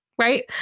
right